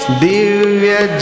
divya